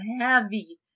heavy